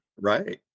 right